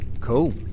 Cool